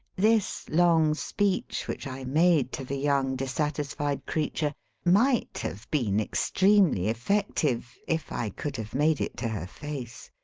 this long speech which i made to the young, dissatisfied creature might have been extremely ef fective if i could have made it to her face,